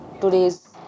today's